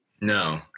No